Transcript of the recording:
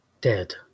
dead